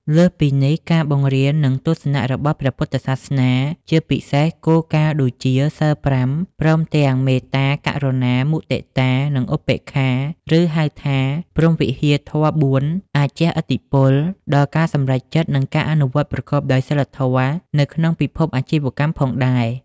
លើសពីនេះ ការបង្រៀន និងទស្សនៈរបស់ព្រះពុទ្ធសាសនា ជាពិសេសគោលការណ៍ដូចជា សីល៥ ព្រមទាំង មេត្តា ករុណា មុទិតា និងឧបេក្ខា ឬ ហៅថា ព្រហ្មវិហារធម៌៤ អាចជះឥទ្ធិពលដល់ការសម្រេចចិត្ត និង ការអនុវត្តប្រកបដោយសីលធម៌ នៅក្នុងពិភពអាជីវកម្មផងដែរ។